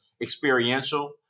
experiential